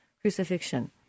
crucifixion